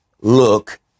look